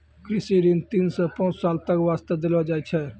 कृषि ऋण तीन सॅ पांच साल तक वास्तॅ देलो जाय छै